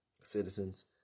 citizens